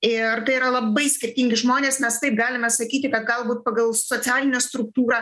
ir tai yra labai skirtingi žmonės mes taip galime sakyti kad galbūt pagal socialinę struktūrą